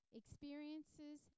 experiences